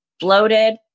bloated